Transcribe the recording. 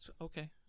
Okay